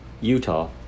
Utah